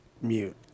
mute